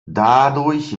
dadurch